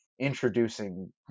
introducing